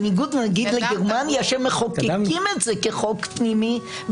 בניגוד נגיד לגרמניה שמחוקקים את זה כחוק פנימי,